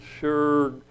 sure